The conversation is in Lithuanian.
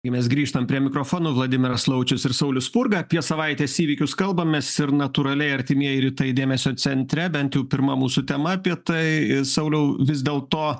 tai mes grįžtam prie mikrofono vladimiras laučius ir saulius spurga apie savaitės įvykius kalbamės ir natūraliai artimieji rytai dėmesio centre bent jau pirma mūsų tema apie tai sauliau vis dėlto